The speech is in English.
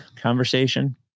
conversation